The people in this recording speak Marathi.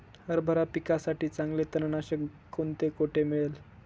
हरभरा पिकासाठी चांगले तणनाशक कोणते, कोठे मिळेल?